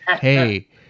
Hey